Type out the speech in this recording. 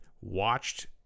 watched